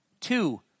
two